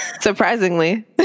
Surprisingly